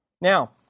Now